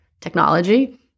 technology